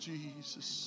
Jesus